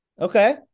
okay